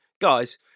guys